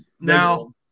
now